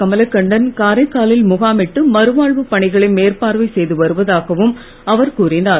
கமலகண்ணன் காரைக்காலில் முகாமிட்டு மறுவாழ்வுப் பணிகளை மேற்பார்வை செய்து வருவதாகவும் அவர் கூறினார்